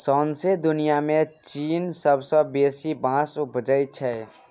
सौंसे दुनियाँ मे चीन सबसँ बेसी बाँस उपजाबै छै